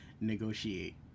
negotiate